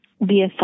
via